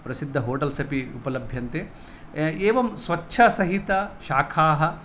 प्रसिद्ध होटल्स् अपि उपलभ्यन्ते एवं स्वच्छसहितशाखाः